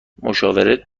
مشاوره